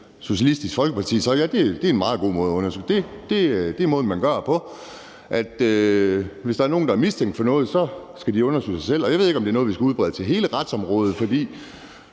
Socialistisk Folkeparti så, at det er en meget god måde at undersøge det på. Det er måden, man gør det på. Hvis nogen er mistænkt for noget, så skal undersøge sig selv. Jeg ved ikke, om det også er noget, vi skal udbrede til hele retsområdet, for